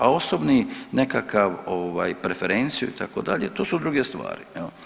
A osobni nekakav preferenciju itd. to su druge stvari.